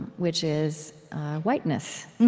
which is whiteness,